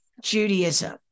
Judaism